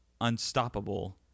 unstoppable